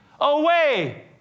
away